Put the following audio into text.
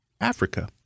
Africa